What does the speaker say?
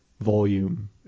volume